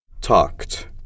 talked